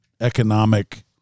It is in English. economic